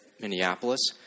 Minneapolis